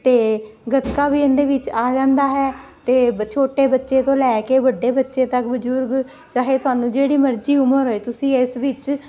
ਅਤੇ ਗੱਤਕਾ ਵੀ ਉਹਦੇ ਵਿੱਚ ਆ ਜਾਂਦਾ ਹੈ ਅਤੇ ਬ ਛੋਟੇ ਬੱਚੇ ਤੋਂ ਲੈ ਕੇ ਵੱਡੇ ਬੱਚੇ ਤੱਕ ਬਜ਼ੁਰਗ ਚਾਹੇ ਤੁਹਾਨੂੰ ਜਿਹੜੀ ਮਰਜ਼ੀ ਉਮਰ ਹੋਏ ਤੁਸੀਂ ਇਸ ਵਿੱਚ